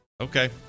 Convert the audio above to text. okay